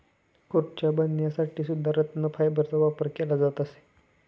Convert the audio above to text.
खुर्च्या बनवण्यासाठी सुद्धा रतन फायबरचा वापर केला जात असे